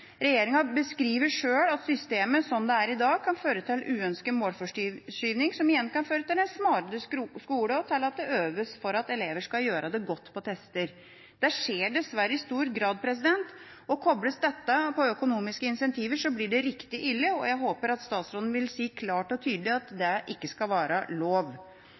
Regjeringa beskriver selv at systemet slik det er i dag, kan føre til uønsket målforskyvning, som igjen kan føre til en smalere skole og til at det øves for at elever skal gjøre det godt på tester. Det skjer dessverre i stor grad, og kobles dette til økonomiske incentiver, blir det riktig ille. Jeg håper at statsråden vil si klart og tydelig at det ikke skal være lov.